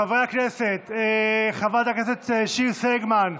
חברי הכנסת, חברת הכנסת שיר סגמן,